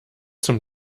zum